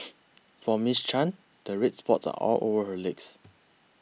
for Miss Chan the red spots are all over her legs